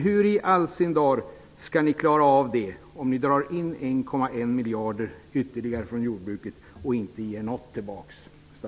Hur i all sin dar skall ni klara av det, om ni drar in ytterligare 1,1 miljarder från jordbruket och inte ger något tillbaka?